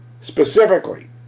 Specifically